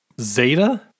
Zeta